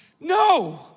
no